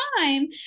time